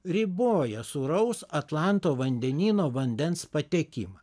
riboja sūraus atlanto vandenyno vandens patekimą